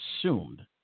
assumed